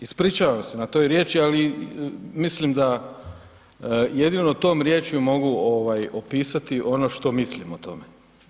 Ispričavam se na toj riječi, ali mislim da jedino tom riječju mogu, ovaj, opisati ono što mislim o tome.